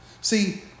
See